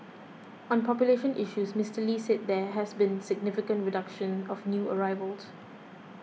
on population issues Mister Lee said there has been significant reduction of new arrivals